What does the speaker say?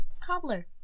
Cobbler